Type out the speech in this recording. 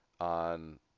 on